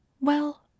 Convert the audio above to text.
Well